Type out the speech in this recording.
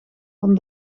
van